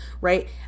right